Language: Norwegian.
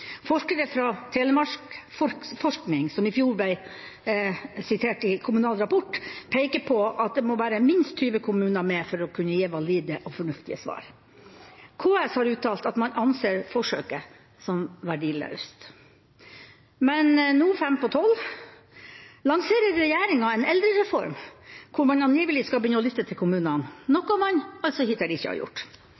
Forskere fra Telemarksforsking, som i fjor ble sitert i Kommunal Rapport, peker på at det må være minst 20 kommuner med for å kunne gi valide og fornuftige svar. KS har uttalt at man anser forsøket som verdiløst. Men nå, fem på tolv, lanserer regjeringen en «eldrereform», der man angivelig skal begynne å lytte til kommunene,